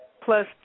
plus